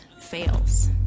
fails